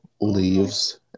leaves